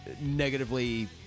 negatively